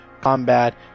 combat